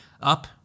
up